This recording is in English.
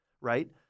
right